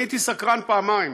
אני הייתי סקרן פעמיים,